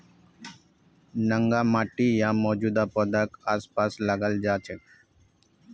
नंगा माटी या मौजूदा पौधाक आसपास लगाल जा छेक